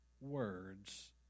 words